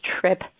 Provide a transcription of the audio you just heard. trip